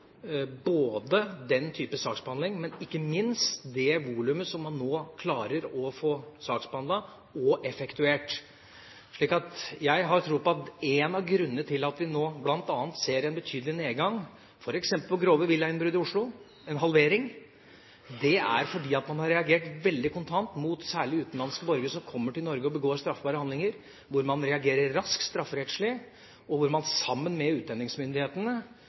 både den typen saksbehandling og ikke minst det volumet som man nå klarer å få saksbehandlet og effektuert. Så jeg har tro på at en av grunnene til at vi nå ser en betydelig nedgang i f.eks. grove villainnbrudd i Oslo – en halvering – er at man har reagert veldig kontant mot særlig utenlandske borgere som kommer til Norge og begår straffbare handlinger. Man reagerer raskt strafferettslig, og sammen med utlendingsmyndighetene får man